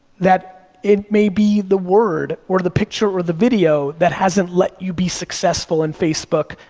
that it may be the word or the picture or the video that hasn't let you be successful in facebook,